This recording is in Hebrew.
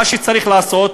מה שצריך לעשות,